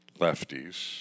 lefties